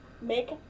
Make